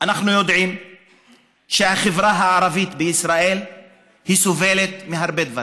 אנחנו יודעים שהחברה הערבית בישראל סובלת מהרבה דברים.